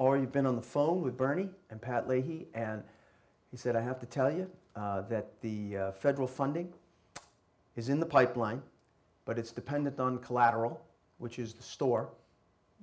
already been on the phone with bernie and pat leahy and he said i have to tell you that the federal funding is in the pipeline but it's dependent on collateral which is the store